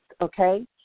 okay